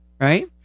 right